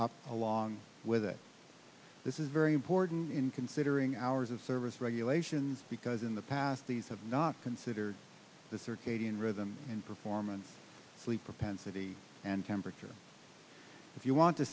up along with it this is very important in considering hours of service regulations because in the past these have not considered the circadian rhythm and performance sleep propensity and temperature if you want to